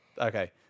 Okay